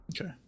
Okay